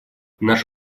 наш